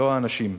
לא האנשים.